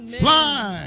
fly